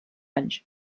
anys